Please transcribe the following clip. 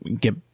get